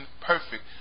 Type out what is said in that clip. perfect